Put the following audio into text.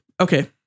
Okay